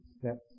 steps